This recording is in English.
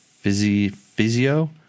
physio